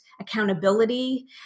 accountability